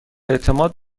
اعتماد